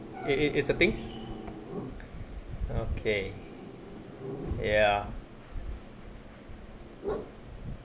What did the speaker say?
it it it's the thing okay ya